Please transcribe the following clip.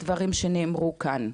ולעדכן אותה בדברים שנאמרו כאן.